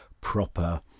proper